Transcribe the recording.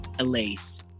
Elise